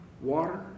water